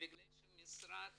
ובגלל שהמשרד